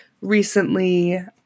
recently